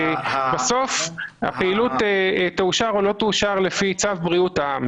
בסוף הפעילות תאושר או לא תאושר לפי צו בריאות העם,